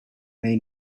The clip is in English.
may